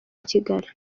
kigali